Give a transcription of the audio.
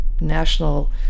National